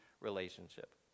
relationship